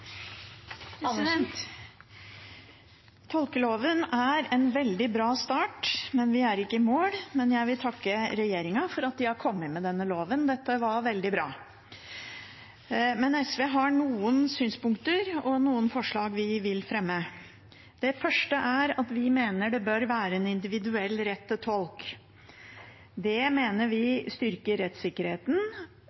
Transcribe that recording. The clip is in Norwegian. Tolkeloven er en veldig bra start. Vi er ikke i mål, men jeg vil takke regjeringen for at de har kommet med denne loven. Dette var veldig bra. Men SV har noen synspunkter og noen forslag vi vil fremme. Det første er at vi mener det bør være en individuell rett til tolk. Det mener vi